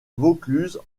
vaucluse